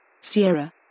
Sierra